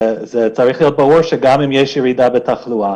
זה צריך להיות ברור שגם אם יש ירידה בתחלואה